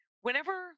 whenever